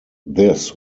this